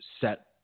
set